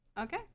okay